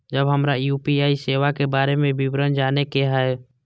जब हमरा यू.पी.आई सेवा के बारे में विवरण जाने के हाय?